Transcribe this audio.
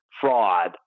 fraud